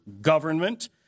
government